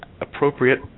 appropriate